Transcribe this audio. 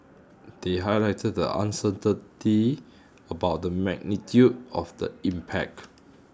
they highlighted the uncertainty about the magnitude of the impact